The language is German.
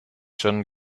schon